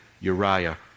Uriah